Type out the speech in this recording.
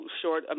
short